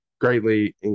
greatly